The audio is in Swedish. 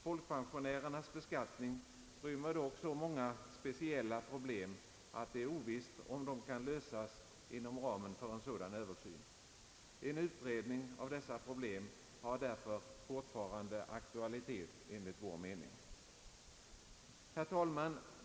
Folkpensionärernas beskattning rymmer dock så många speciella problem, att det är ovisst om de kan lösas inom ramen för en sådan översyn. En utredning av dessa problem har därför fortfarande aktualitet enligt vår mening. Herr talman!